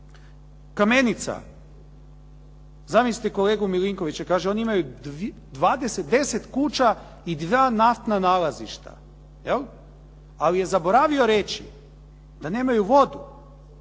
Kamenica, zamislite kolegu Milinkovića, kaže oni imaju 20, 10 kuća i 2 naftna nalazišta. Je li? Ali je zaboravio reći da nemaju vodu,